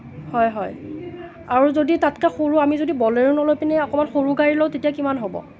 হয় হয় আৰু যদি তাতকৈ সৰু আমি যদি বলেৰ' নলৈ পিনে অকণমান সৰু গাড়ী লওঁ তেতিয়া কিমান হ'ব